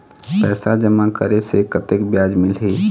पैसा जमा करे से कतेक ब्याज मिलही?